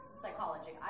Psychology